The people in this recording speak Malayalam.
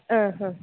ആ ഹ